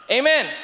Amen